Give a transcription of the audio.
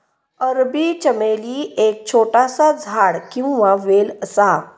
अरबी चमेली एक छोटासा झाड किंवा वेल असा